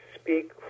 speak